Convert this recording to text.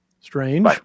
Strange